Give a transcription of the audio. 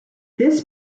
this